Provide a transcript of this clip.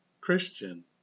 Christian